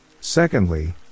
Secondly